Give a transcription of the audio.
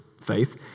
faith